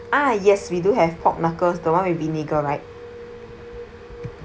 ah yes we do have pork knuckles the one with vinegar right